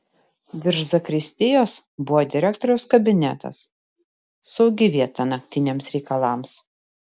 virš zakristijos buvo direktoriaus kabinetas saugi vieta naktiniams reikalams